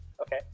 Okay